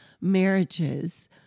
marriages